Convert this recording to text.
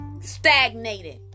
stagnated